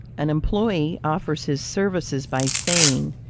an employee offers his services by saving,